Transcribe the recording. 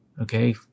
okay